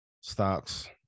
stocks